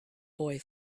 boy